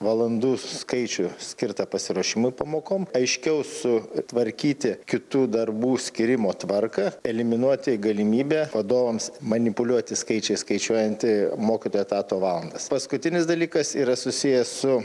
valandų skaičių skirtą pasiruošimui pamokom aiškiau sutvarkyti kitų darbų skyrimo tvarką eliminuoti galimybę vadovams manipuliuoti skaičiais skaičiuojant mokytojo etato valandas paskutinis dalykas yra susijęs su